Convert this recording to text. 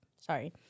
sorry